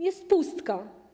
Jest pustka.